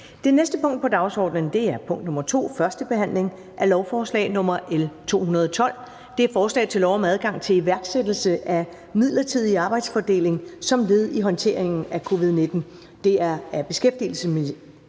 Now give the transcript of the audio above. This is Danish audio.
Det næste punkt på dagsordenen er: 2) 1. behandling af lovforslag nr. L 212: Forslag til lov om adgang til iværksættelse af midlertidig arbejdsfordeling som led i håndteringen af covid-19. Af beskæftigelsesministeren